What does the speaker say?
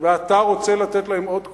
ואתה רוצה לתת להם עוד כוח?